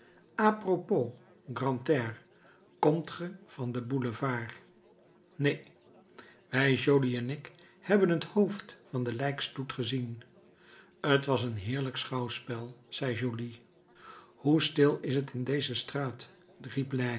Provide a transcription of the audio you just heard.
grantaire komt ge van den boulevard neen wij joly en ik hebben het hoofd van den lijkstoet gezien t was een heerlijk schouwspel zei joly hoe stil is t in deze straat